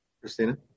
Christina